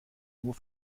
nur